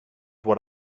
what